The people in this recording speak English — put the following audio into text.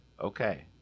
Okay